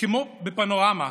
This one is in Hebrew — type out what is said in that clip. וכמו בפנורמה,